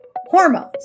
Hormones